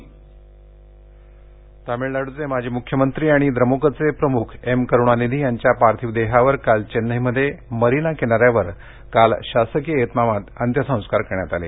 अंत्यसंस्कार तामिळनाड्रचे माजी मुख्यमंत्री आणि द्रमुकचे प्रमुख एम करुणानिधी यांच्या पार्थिव देहावर काल चेन्नईमध्ये मरीना किनाऱ्यावर काल शासकीय इतमामात अंत्यसंस्कार करण्यात आले